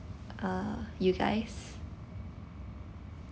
uh you guys